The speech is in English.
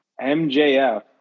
MJF